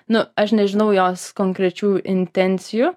nu aš nežinau jos konkrečių intencijų